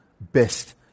best